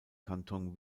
kanton